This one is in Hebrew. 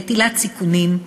נטילת סיכונים,